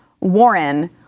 Warren